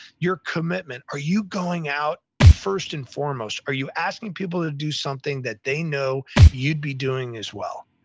your commitment. are you going out, first and foremost, are you asking people to do something that they know you'd be doing as well?